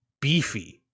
beefy